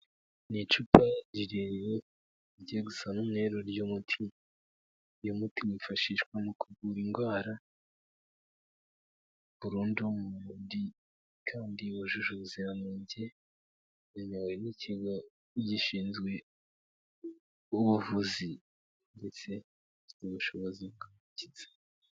Ni icupa rirerire rigiye gusa n'umweru ry'umuti, uyu muti wifashishwa mu kuvura indwara burundu mu mubiri kandi wujuje ubuziranenge yemewe n'ikigo gishinzwe ubuvuzi ndetse n'ubushobozi bw'abakiza.